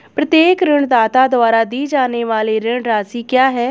प्रत्येक ऋणदाता द्वारा दी जाने वाली ऋण राशि क्या है?